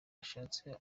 ashatse